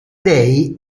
dei